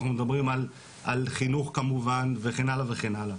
אנחנו מדברים על חינוך כמובן, וכן הלאה וכן הלאה.